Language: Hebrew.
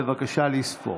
בבקשה לספור.